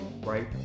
right